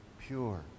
pure